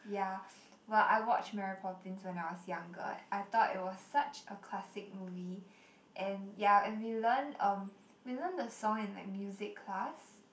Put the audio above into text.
yeah well I watched Mary Poppins when I was younger I thought it was such a classic movie and yeah and we learn um we learn the song in like music class